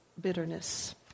bitterness